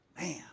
Man